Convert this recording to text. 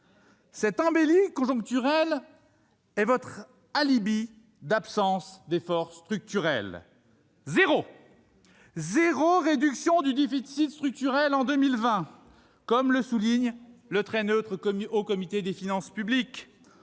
Cette embellie conjoncturelle est votre alibi pour l'absence d'efforts structurels : aucune réduction du déficit structurel en 2020, comme le souligne le très neutre Haut Conseil des finances publiques.